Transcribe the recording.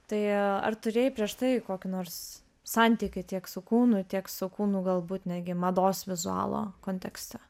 tai ar turėjai prieš tai kokį nors santykį tiek su kūnu tiek su kūnu galbūt netgi mados vizualo kontekste